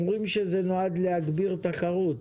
הם אומרים שזה נועד להגביר תחרות.